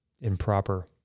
improper